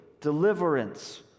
deliverance